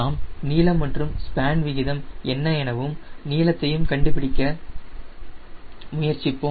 நாம் நீளம் மற்றும் ஸ்பேன் விகிதம் என்ன எனவும் நீளத்தையும் கண்டுபிடிக்க முயற்சிப்போம்